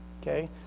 okay